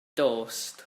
dost